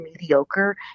mediocre